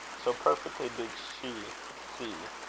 so perfectly did she see,